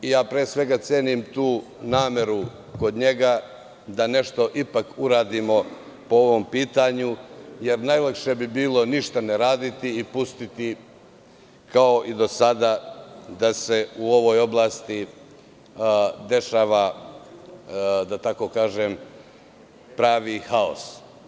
Pre svega, cenim tu nameru kod njega da nešto ipak uradimo po ovom pitanju, jer najlakše bi bilo ništa ne raditi i pustiti kao i do sada da se u ovoj oblasti dešava, da tako kažem, pravi haos.